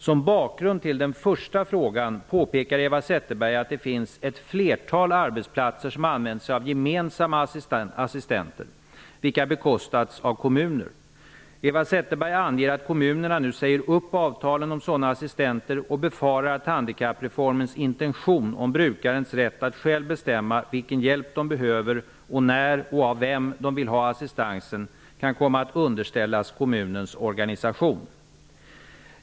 Som bakgrund till den första frågan påpekar Eva Zetterberg att det finns ett flertal arbetsplatser som använt sig av gemensamma assistenter, vilka bekostats av kommuner. Eva Zetterberg anger att kommunerna nu säger upp avtalen om sådana assistenter, och hon befarar att handikappreformens intention om brukarnas rätt att själva bestämma vilken hjälp de behöver och när och av vem de vill ha assistansen kan komma att underställas kommunernas organisation.